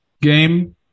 game